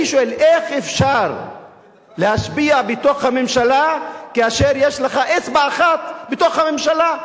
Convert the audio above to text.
אני שואל איך אפשר להשפיע בתוך הממשלה כאשר יש לך אצבע אחת בתוך הממשלה?